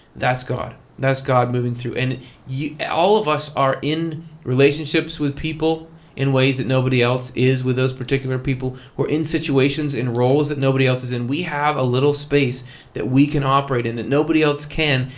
that's god. that's god moving through. and yeah all of us are in relationships with people in ways that nobody else is with those particular people. we're in situations, in roles that nobody else is in. we have a little space that we can operate in that nobody else can,